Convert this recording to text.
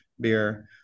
beer